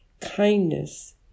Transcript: kindness